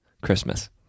Christmas